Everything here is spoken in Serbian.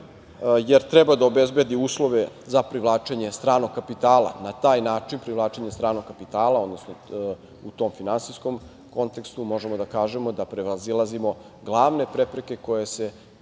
jer treba da obezbedi uslove za privlačenje stranog kapitala. Na taj način privlačenje stranog kapitala odnosno u tom finansijskom kontekstu možemo da kažemo da prevazilazimo glavne prepreke koje se tiču